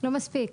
לא מספיק.